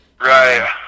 Right